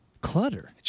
clutter